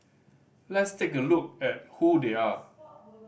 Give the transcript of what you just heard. let's take a look at who they are